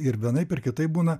ir vienaip ar kitaip būna